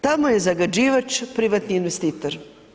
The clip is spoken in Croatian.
Tamo je zagađivač privatni investitor.